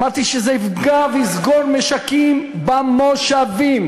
אמרתי שזה יפגע ויסגור משקים במושבים.